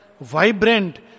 vibrant